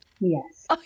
Yes